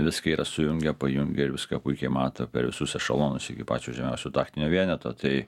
viską yra sujungę pajungę ir viską puikiai mato per visus ešelonus iki pačio žemiausio taktinio vieneto tai